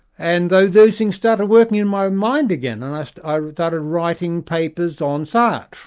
and those those things started working in my mind again, and i started started writing papers on sartre,